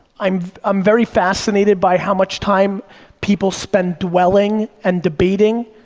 i'm um very fascinated by how much time people spend dwelling and debating,